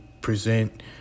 present